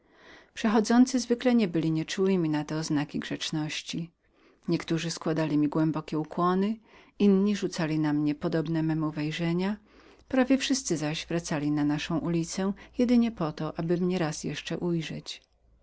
przechodzący zwykle nie byli nieczułymi na te oznaki grzeczności niektórzy składali mi głębokie ukłony inni rzucali na mnie podobne memu wejrzenia wszyscy zaś prawie wracali na naszą ulicę jedynie aby mnie raz jeszcze ujrzeć